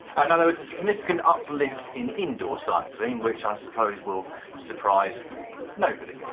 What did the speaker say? now there was a significant uplift in indoor cycling, which i suppose will surprise nobody.